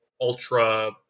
Ultra